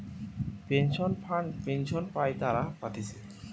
pension fund pension পাই তারা পাতিছে